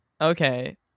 okay